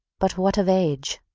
but what of age?